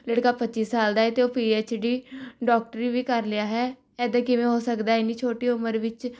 ਲੜਕਾ ਪੱਚੀ ਸਾਲ ਦਾ ਹੈ ਅਤੇ ਉਹ ਪੀ ਐਚ ਡੀ ਡਾਕਟਰੀ ਵੀ ਕਰ ਲਿਆ ਹੈ ਏਦਾਂ ਕਿਵੇਂ ਹੋ ਸਕਦਾ ਹੈ ਐਨੀ ਛੋਟੀ ਉਮਰ ਵਿੱਚ